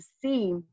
see